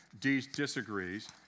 disagrees